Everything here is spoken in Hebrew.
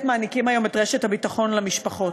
מעניקים כיום את רשת הביטחון למשפחות.